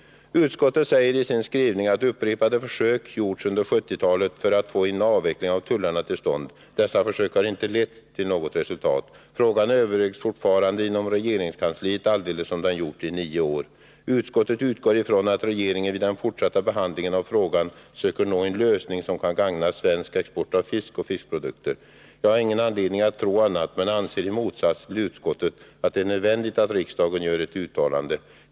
Utskottet säger i sin skrivning att upprepade försök har gjorts under 1970-talet för att få en avveckling av tullarna till stånd. Dessa försök har inte lett till något resultat. Man överväger fortfarande frågan inom regeringskansliet, precis som man har gjort i nio år. Utskottet utgår från att regeringen vid den fortsatta behandlingen av frågan söker nå en lösning som kan gagna export av fisk och fiskprodukter. Jag har ingen anledning att tro något annat, men jag anser i motsats till utskottet att det är nödvändigt att riksdagen gör ett uttalande.